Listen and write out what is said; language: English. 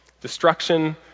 Destruction